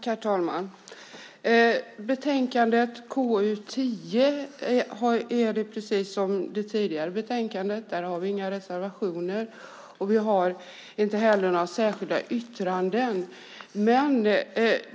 Herr talman! Till betänkande KU10 har vi, precis som till det tidigare betänkandet, inga reservationer. Vi har inte heller några särskilda yttranden.